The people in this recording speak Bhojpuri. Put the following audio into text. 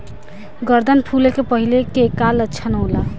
गर्दन फुले के पहिले के का लक्षण होला?